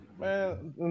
man